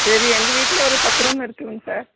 சரி எங்கள் வீட்டில் ஒரு பத்து ரூம் எடுத்துங்க சார்